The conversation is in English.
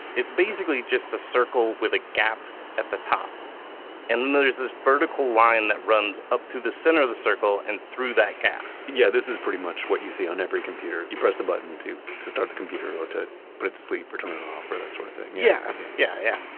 it's basically just a circle with a gap at the top and then there's this vertical line that runs up through the center of the circle and through that gap yeah. this is pretty much what you see on every computer. you press the button to to start the computer or to put it to sleep or turn it off or that sort of thing. yeah yeah,